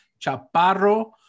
Chaparro